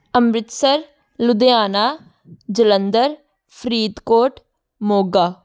Amritsar Ludhiana Jalandhar Faridkot Moga